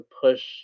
push